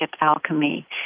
Alchemy